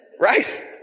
Right